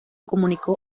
comunicó